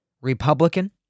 Republican